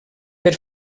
per